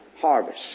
Harvest